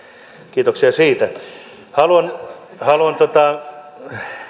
kiitoksia siitä haluan haluan joo